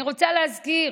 אני רוצה להזכיר